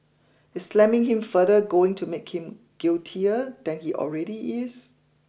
is slamming him further going to make him guiltier than he already is